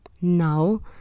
Now